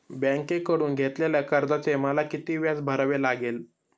बँकेकडून घेतलेल्या कर्जाचे मला किती व्याज भरावे लागेल?